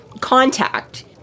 contact